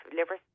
liver